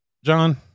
john